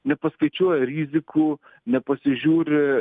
nepaskaičiuoja rizikų nepasižiūri